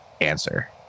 answer